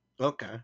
Okay